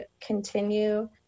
continue